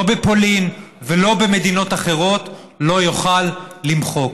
לא בפולין ולא במדינות אחרות, לא יוכל למחוק.